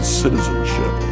citizenship